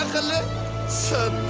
hello sir,